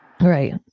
Right